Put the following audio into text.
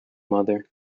mother